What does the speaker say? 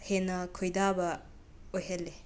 ꯍꯦꯟꯅ ꯈꯣꯏꯗꯥꯕ ꯑꯣꯏꯍꯜꯂꯦ